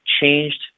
changed